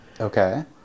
Okay